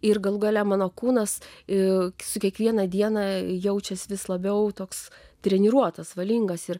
ir galų gale mano kūnas ir su kiekviena diena jaučiasi vis labiau toks treniruotas valingas ir